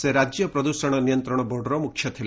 ସେ ରାଜ୍ୟ ପ୍ରଦୃଷଣ ନିୟନ୍ତ୍ରଣ ବୋର୍ଡର ମୁଖ୍ୟ ଥିଲେ